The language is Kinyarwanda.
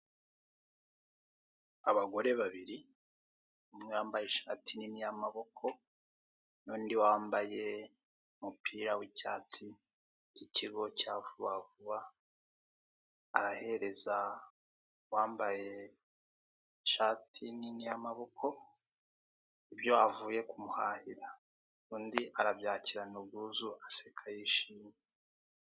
Abagore babiri umwe wambaye ishati nini y'amaboko n'undi wambaye umupira w'icyatsi w'ikigo cya VUBA VUBA, arahereza uwambaye ishati nini y'amaboko ibyo avuye kumuhahira undi arabyakirana ubwuzu aseka yishimye.